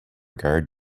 guard